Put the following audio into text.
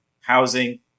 housing